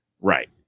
Right